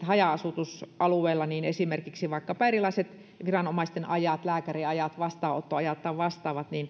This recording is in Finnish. haja asutusalueella esimerkiksi vaikkapa erilaiset viranomaisten ajat lääkärinajat vastaanottoajat tai vastaavat